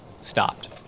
stopped